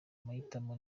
amahitamo